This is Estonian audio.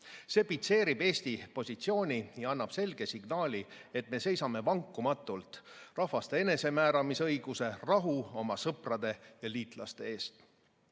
See pitseerib Eesti positsiooni ja annab selge signaali, et me seisame vankumatult rahvaste enesemääramisõiguse, rahu, oma sõprade ja liitlaste eest.